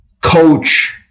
coach